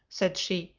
said she.